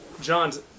John's